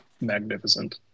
magnificent